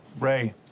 ray